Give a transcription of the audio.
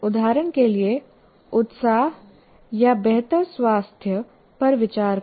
उदाहरण के लिए उत्साह या बेहतर स्वास्थ्य पर विचार करें